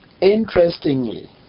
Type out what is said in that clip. interestingly